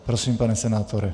Prosím, pane senátore.